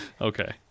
okay